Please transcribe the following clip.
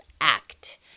act